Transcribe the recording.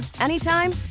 anytime